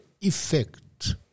effect